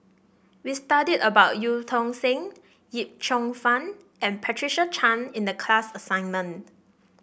we studied about Eu Tong Sen Yip Cheong Fun and Patricia Chan in the class assignment